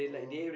uh